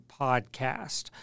podcast